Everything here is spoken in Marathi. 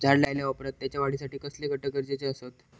झाड लायल्या ओप्रात त्याच्या वाढीसाठी कसले घटक गरजेचे असत?